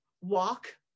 walk